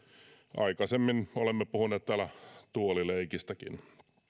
aikaisemmin olemme puhuneet täällä tuolileikistäkin